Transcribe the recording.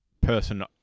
Person